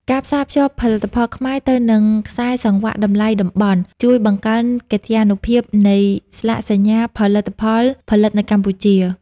ការផ្សារភ្ជាប់ផលិតផលខ្មែរទៅនឹងខ្សែសង្វាក់តម្លៃតំបន់ ជួយបង្កើនកិត្យានុភាពនៃស្លាកសញ្ញាផលិតផលផលិតនៅកម្ពុជា។